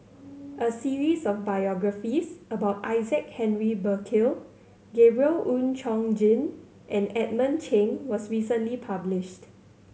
a series of biographies about Isaac Henry Burkill Gabriel Oon Chong Jin and Edmund Cheng was recently published